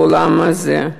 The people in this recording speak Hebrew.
בעולם הזה,